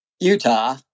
Utah